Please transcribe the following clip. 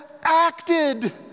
acted